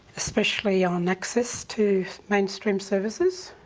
especially on access to mainstream services.